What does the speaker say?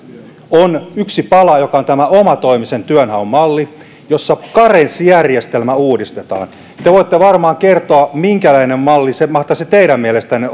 on yksi pala joka on tämä omatoimisen työnhaun malli jossa karenssijärjestelmä uudistetaan te voitte varmaan kertoa minkälainen malli se mahtaisi teidän mielestänne